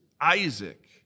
Isaac